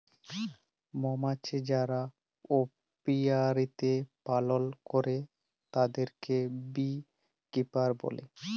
মমাছি যারা অপিয়ারীতে পালল করে তাদেরকে বী কিপার বলে